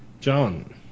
John